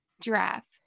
Giraffe